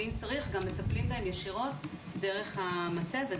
ואם צריך גם מטפלים בהם ישירות דרך המטה.